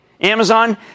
Amazon